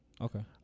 Okay